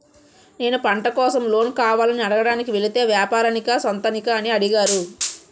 నేను పంట కోసం లోన్ కావాలని అడగడానికి వెలితే వ్యాపారానికా సొంతానికా అని అడిగారు